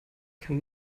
kann